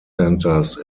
centers